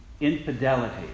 infidelity